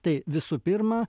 tai visų pirma